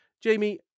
Jamie